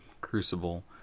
Crucible